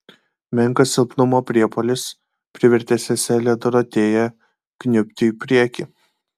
menkas silpnumo priepuolis privertė seselę dorotėją kniubti į priekį